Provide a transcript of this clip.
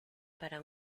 para